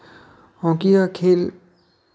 hockey का खेल